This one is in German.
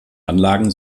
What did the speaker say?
anlagen